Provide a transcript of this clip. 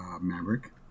Maverick